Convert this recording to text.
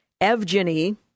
Evgeny